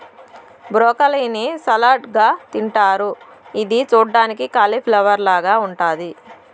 broccoli ని salad గా తింటారు ఇది చూడ్డానికి కాలిఫ్లవర్ లాగ ఉంటాది